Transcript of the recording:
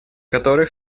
которых